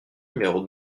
numéro